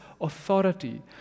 authority